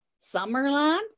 Summerland